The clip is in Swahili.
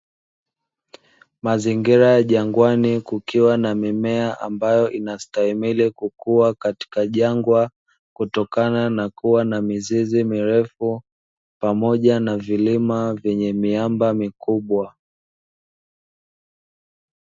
Mazingira ya jangwani kukiwa na mimea ambayo inastahimili kukua katika jangwa, kutokana na kuwa na mizizi mirefu pamoja na vilima vyenye miamba mikubwa.